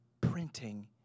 printing